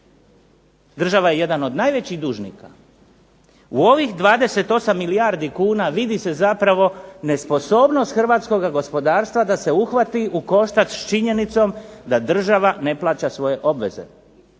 Država je jedan od najvećih dužnika. U ovih 28 milijardi kuna vidi se zapravo nesposobnost hrvatskoga gospodarstva da se uhvati u koštac s činjenicom da država ne plaća svoje obveze.